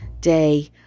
day